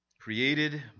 created